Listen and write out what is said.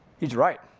he's right,